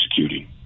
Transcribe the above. executing